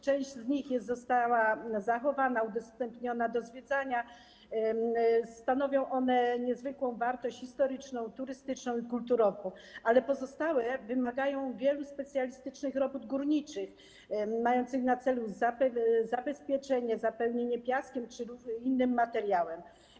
Część z nich została zachowana, udostępniona do zwiedzania i stanowi niezwykłą wartość historyczną, turystyczną i kulturową, ale pozostałe wymagają wielu specjalistycznych robót górniczych mających na celu zabezpieczenie, zapełnienie piaskiem czy innym materiałem.